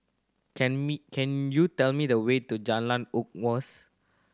can me can you tell me the way to Jalan Unggas